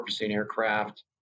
aircraft